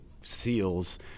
Seals